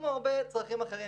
כמו הרבה צרכים אחרים,